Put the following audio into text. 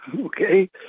Okay